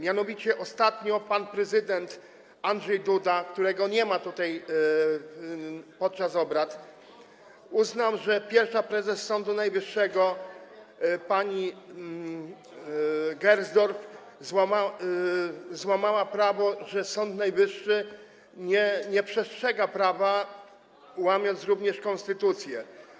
Mianowicie ostatnio pan prezydent Andrzej Duda, którego nie ma tutaj podczas obrad, uznał, że pierwsza prezes Sądu Najwyższego pani Gersdorf złamała prawo i że Sąd Najwyższy nie przestrzega prawa, łamiąc również konstytucję.